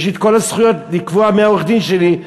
יש לי כל הזכויות לקבוע מי העורך-דין שלי,